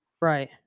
right